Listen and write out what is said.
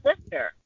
sister